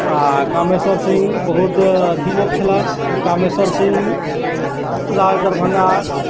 आ कामेश्वर सिंह बहुत अथी लोक छलाह कामेश्वर सिंह राज दरभङ्गा